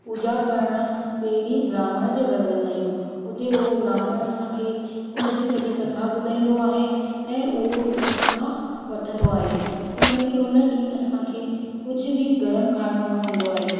पूॼा करण ॿिए ॾींहुं ब्राह्मण जे घरु वेंदा आहियूं उते उहो ब्राह्मण असांखे उन जी सॼी कथा ॿुधाईंदो आहे ऐं उहो असांखा वठंदो आहे उन में उन ॾींहुं असांखे कुझु बि गर्म खाइणो न हूंदो आहे